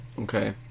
Okay